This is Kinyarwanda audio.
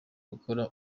gukora